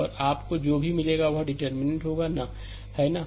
और आपको जो भी मिलेगा वह डिटर्मिननेंट determinant होगा है ना